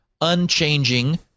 unchanging